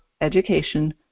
education